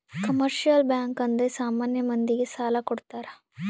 commercial bank ಅಂದ್ರೆ ಸಾಮಾನ್ಯ ಮಂದಿ ಗೆ ಸಾಲ ಕೊಡ್ತಾರ